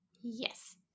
Yes